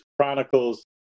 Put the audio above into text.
chronicles